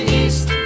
east